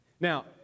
Now